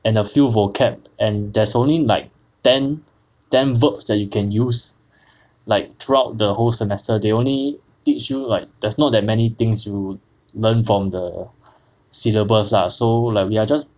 and a few vocab and there's only like ten ten verbs that you can use like throughout the whole semester they only teach you like there's not that many things you learn from the syllabus lah so like we are just